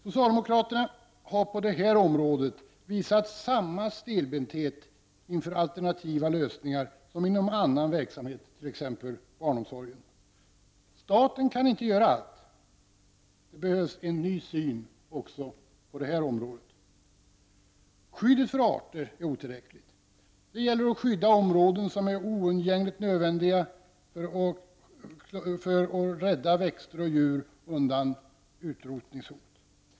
Socialdemokraterna har på det här området visat samma stelbenthet inför alternativa lösningar som inom annan verksamhet, t.ex. barnomsorgen. Staten kan inte göra allt. Det behövs en ny syn också på det här området. Skyddet för arter är otillräckligt. Det gäller att skydda områden som är oundgängligt nödvändiga för att rädda växter och djur undan utrotningshot.